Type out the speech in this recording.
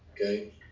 Okay